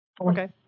Okay